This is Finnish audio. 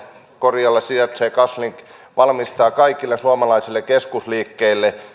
korialla sijaitsee kaslink joka valmistaa kaikille suomalaisille keskusliikkeille